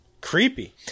creepy